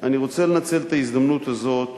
אני רוצה לנצל את ההזדמנות הזאת